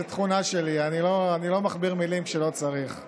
זו תכונה שלי, אני לא מכביר מילים כשלא צריך.